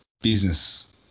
business